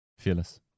Fearless